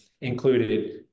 included